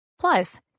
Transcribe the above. Plus